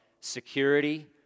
security